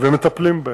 ומטפלים בהם,